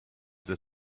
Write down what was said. the